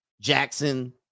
Jackson